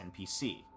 NPC